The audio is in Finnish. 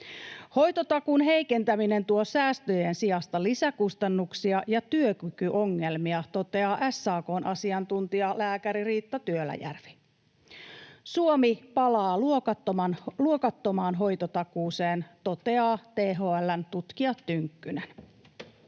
”Hoitotakuun heikentäminen tuo säästöjen sijasta lisäkustannuksia ja työkykyongelmia”, toteaa SAK:n asiantuntijalääkäri Riitta Työläjärvi. ”Suomi palaa ’luokattomaan’ hoitotakuuseen”, toteaa THL:n tutkija Tynkkynen.